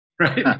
right